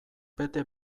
bete